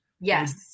Yes